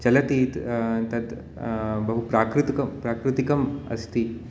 चलतीति तत् बहु प्राकृतिकं प्राकृतिकम् अस्ति